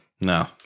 No